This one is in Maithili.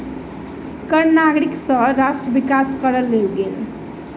कर नागरिक सँ राष्ट्र विकास करअ लेल गेल